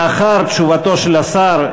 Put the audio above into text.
לאחר תשובתו של השר,